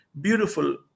beautiful